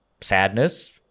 sadness